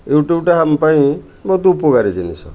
ୟୁଟ୍ୟୁବ୍ଟା ଆମ ପାଇଁ ବହୁତ ଉପକାରୀ ଜିନିଷ